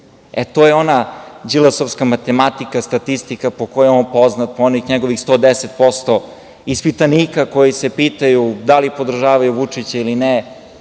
to je ona Đilasovska matematika, statistika po kojoj je on poznat, po onih njegovih 110% ispitanika koji se pitaju da li podržavaju Vučića ili ne,